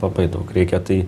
labai daug reikia tai